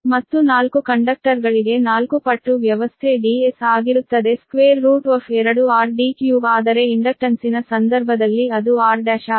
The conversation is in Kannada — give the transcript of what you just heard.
ಮತ್ತು ನಾಲ್ಕು ಕಂಡಕ್ಟರ್ಗಳಿಗೆ ನಾಲ್ಕು ಪಟ್ಟು ವ್ಯವಸ್ಥೆ Ds ಆಗಿರುತ್ತದೆ 2r d3 ಆದರೆ ಇಂಡಕ್ಟನ್ಸಿನ ಸಂದರ್ಭದಲ್ಲಿ ಅದು r1 ಆಗಿತ್ತು